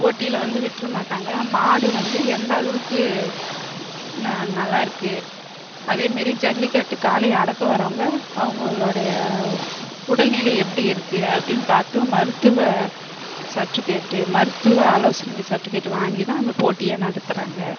போட்டியில் வந்து விடரமாட்டாங்க மாடு வந்து எந்த அளவுக்கு நல்லா இருக்கு அதேமாரி ஜல்லிக்கட்டு காளையை அடக்க வரவங்க அவங்களோடைய உடல்நிலை எப்படி இருக்கு அப்படின்னு பார்த்து மருத்துவ சர்டிவிக்கேட்டு மருத்துவ ஆலோசனை சர்டிவிக்கேட் வாங்கி தான் அந்த போட்டியை நடத்துறாங்க